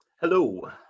Hello